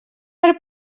per